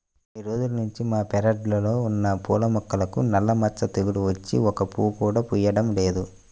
కొన్ని రోజుల్నుంచి మా పెరడ్లో ఉన్న పూల మొక్కలకు నల్ల మచ్చ తెగులు వచ్చి ఒక్క పువ్వు కూడా పుయ్యడం లేదు